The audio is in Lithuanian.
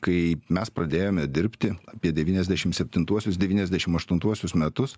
kai mes pradėjome dirbti apie devyniasdešim septintuosius devyniasdešim aštuntuosius metus